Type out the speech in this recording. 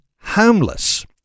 homeless